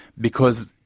because,